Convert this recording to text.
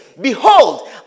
Behold